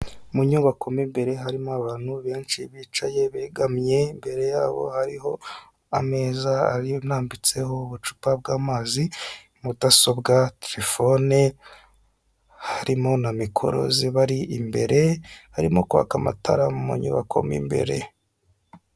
Mu nyubako mo imbere harimo abantu benshi bicaye begamiye, imbere yabo hariho ameza arambitseho ubucupa bw'amazi, mudasobwa telefone, harimo na mikoro zibari imbere harimo kwaka amatara mu manyubako mo imbere.